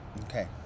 Okay